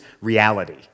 reality